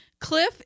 Cliff